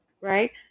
Right